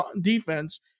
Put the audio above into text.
defense